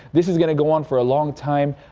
this is going to go on for a long time.